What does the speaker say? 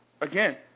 again